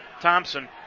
Thompson